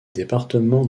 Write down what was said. départements